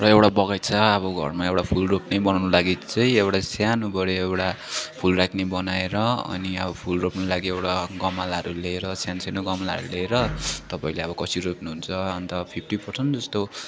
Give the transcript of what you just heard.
र एउटा बगैँचा अब घरमा एउटा फुल रोप्ने बनाउनु लागि चाहिँ एउटा सानोबडे एउटा फुल राख्ने बनाएर अनि अब फुल रोप्नु लागि एउटा गमलाहरू लिएर सानसानो गमलाहरू लिएर तपाईँले अब कसरी रोप्नुहुन्छ अन्त फिफ्टी पर्सन्ट जस्तो